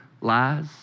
lies